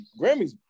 Grammys